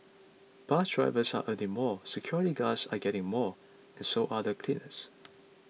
bus drivers are earning more security guards are getting more and so are cleaners